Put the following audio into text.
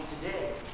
today